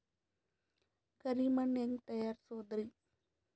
ಕರಿ ಮಣ್ ಹೆಂಗ್ ತಯಾರಸೋದರಿ?